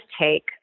take